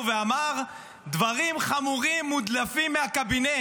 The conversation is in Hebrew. ואמר: דברים חמורים מודלפים מהקבינט,